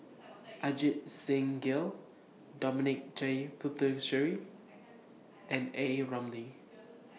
Ajit Singh Gill Dominic J Puthucheary and A Ramli